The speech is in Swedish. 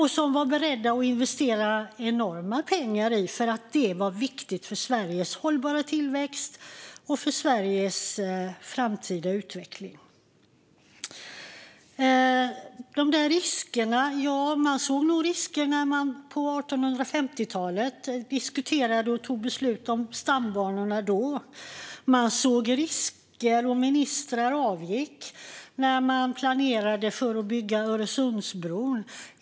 Den var beredd att investera enorma pengar i detta för att det var viktigt för Sveriges hållbara tillväxt och framtida utveckling. När det gäller riskerna såg man nog risker också på 1850-talet när man diskuterade och fattade beslut om stambanorna. Man såg risker, och ministrar avgick, när man planerade för att bygga Öresundsbron.